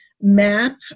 map